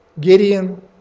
Gideon